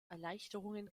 erleichterungen